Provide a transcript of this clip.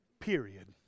Period